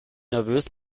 nervös